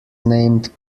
named